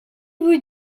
vous